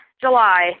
July